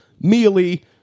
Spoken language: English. mealy